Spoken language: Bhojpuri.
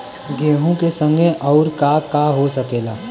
गेहूँ के संगे अउर का का हो सकेला?